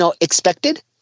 expected